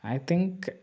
I think